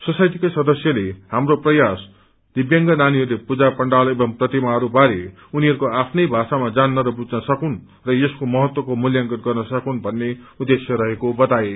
सोसाइटीका सदस्यले हाम्रो प्रयास दिव्यांग नानीहरूले पूजा पण्डाल एव प्रतिमाहरू बारे उनिहरूको आफ्नै भाषामा जान्न र बुझन सकुन र यसको महत्वको मूल्यांकन गर्न सकून भन्ने उद्धेश्य रहेको बताए